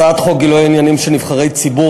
הצעת חוק גילויי עניינים של נבחרי ציבור,